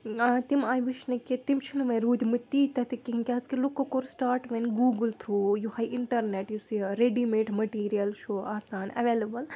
آ تِم آیہِ وُچھنہٕ کہِ تِم چھِنہٕ وۅنۍ روٗدمٕتۍ تیٖتِیٛاہ تہِ کِہیٖنٛۍ کیٛازِ کہِ لوٗکو کوٚر سِٹاٹ وۅنۍ گوٗگل تھرٛوٗ یِہَے اِنٹَرنِیٹ یُس یہِ ریڈی میڈ مِٹیٖریَل چھُ آسان ایٚوِیلیبُل